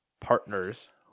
partners